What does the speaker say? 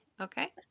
Okay